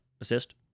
assist